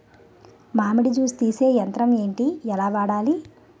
మామిడి జూస్ తీసే యంత్రం ఏంటి? ఎలా వాడాలి?